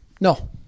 no